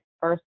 first